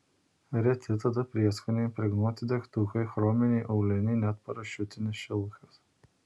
reti tada prieskoniai impregnuoti degtukai chrominiai auliniai net parašiutinis šilkas